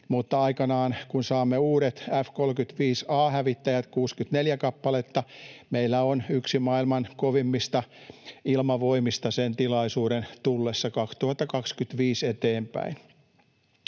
mutta aikanaan, kun saamme uudet F-35A-hävittäjät, 64 kappaletta, meillä on yksi maailman kovimmista ilmavoimista, sen tilaisuuden tullessa vuodesta 2025 eteenpäin.